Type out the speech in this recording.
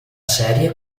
serie